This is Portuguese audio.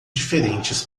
diferentes